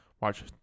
watch